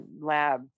lab